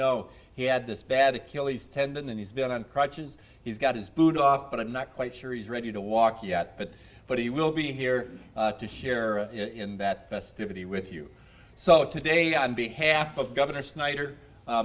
know he had this bad killie's tendon and he's been on crutches he's got his boots off but i'm not quite sure he's ready to walk yet but but he will be here to share in that festivity with you so today on behalf of governor snyder